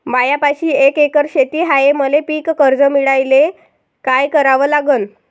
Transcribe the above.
मायापाशी एक एकर शेत हाये, मले पीककर्ज मिळायले काय करावं लागन?